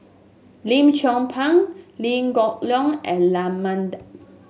Lim Chong Pang Liew Geok Leong and Raman Daud